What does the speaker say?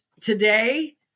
today